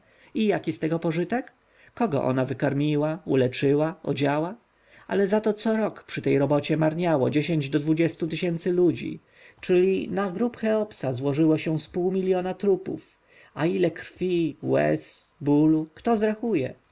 i jaki z tej pracy pożytek kogo ona wykarmiła uleczyła odziała ale zato co rok przy tej robocie marniało dziesięć do dwudziestu tysięcy ludzi czyli na grób cheopsa złożyło się z pół miljona trupów a ile krwi łez bólów kto zrachuje